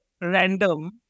random